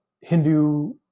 hindu